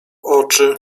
oczy